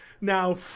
Now